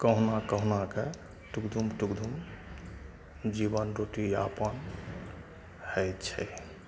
कहुना कहुनाके टुकधुम टुकधुम जीवन रोटी यापन होइ छै